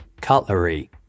cutlery